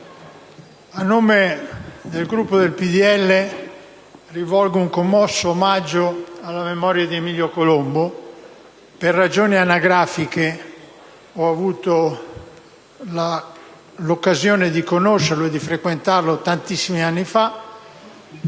Popolo della Libertà rivolgo un commosso omaggio alla memoria di Emilio Colombo. Per ragioni anagrafiche ho avuto l'occasione di conoscerlo e di frequentarlo tantissimi anni fa.